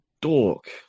dork